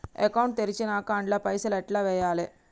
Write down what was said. Account తెరిచినాక అండ్ల పైసల్ ఎట్ల వేయాలే?